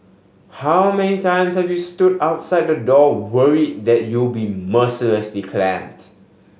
how many times have you stood outside the door worried that you'll be mercilessly clamped